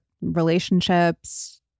relationships